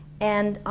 and